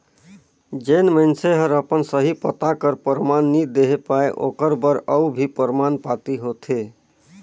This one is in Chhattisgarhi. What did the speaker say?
जेन मइनसे हर अपन सही पता कर परमान नी देहे पाए ओकर बर अउ भी परमान पाती होथे